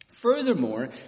Furthermore